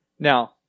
Now